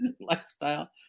lifestyle